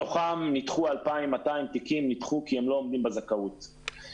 מתוכן נדחו 2,200 בקשות שאינן עומדות בזכאות.